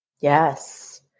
Yes